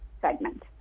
segment